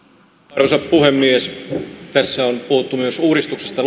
arvoisa puhemies loppupuolella tässä meidän debatissamme on puhuttu myös uudistuksista